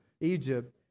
Egypt